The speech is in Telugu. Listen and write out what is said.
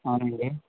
అవునండి